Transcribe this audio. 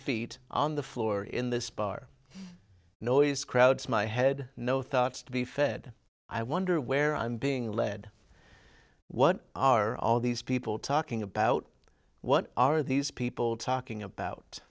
feet on the floor in this bar noise crowds my head no thoughts to be fed i wonder where i'm being led what are all these people talking about what are these people talking about